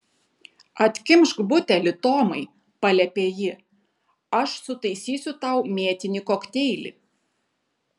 atkimšk butelį tomai paliepė ji aš sutaisysiu tau mėtinį kokteilį